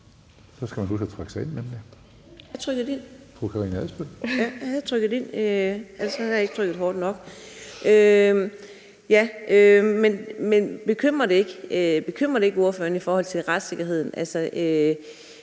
bekymrer det ikke ordføreren i forhold til retssikkerheden?